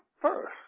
first